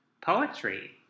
poetry